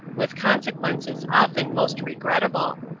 with consequences often most regrettable.